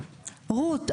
רות,